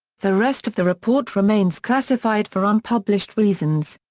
the rest of the report remains classified for unpublished reasons.